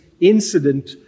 incident